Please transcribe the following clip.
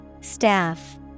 Staff